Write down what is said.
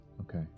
Okay